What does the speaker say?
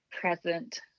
present